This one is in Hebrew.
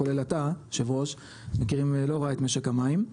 כולל אתה היושב ראש מכירים לא רע את משק המים,